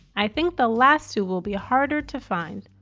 i think the last two will be harder to find.